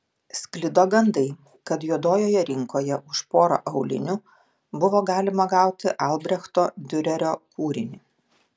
sklido gandai kad juodojoje rinkoje už porą aulinių buvo galima gauti albrechto diurerio kūrinį